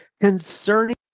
concerning